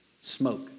Smoke